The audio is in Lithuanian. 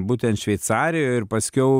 būtent šveicarijoj ir paskiau